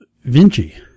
Vinci